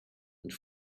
and